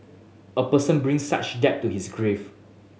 a person brings such debt to his grave